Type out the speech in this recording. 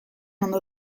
ondo